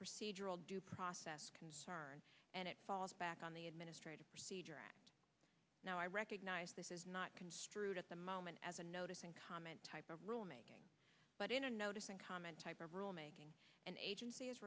procedural due process concern and it falls back on the administrative procedure act now i recognize this is not construed at the moment as a notice and comment type of rule but in a notice and comment type of rule making an agency is